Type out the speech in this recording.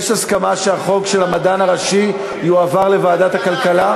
יש הסכמה שהחוק של המדען הראשי יועבר לוועדת הכלכלה?